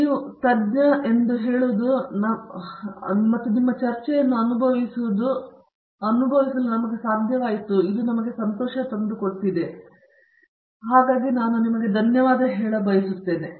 ಒಂದು ತಜ್ಞ ನಮಗೆ ಹೇಳುವುದು ನಾನು ಸಂತೋಷ ಅನುಭವಿಸಲು ಸಾಧ್ಯವಾಗಿದೆ ಎಂದು ಅರ್ಥ ಮತ್ತು ಆದ್ದರಿಂದ ನಾನು ಅವರಿಗೆ ಧನ್ಯವಾದ ಹೇಳಬಯಸುತ್ತೇನೆ